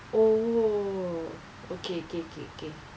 oh okay okay okay okay